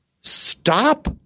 Stop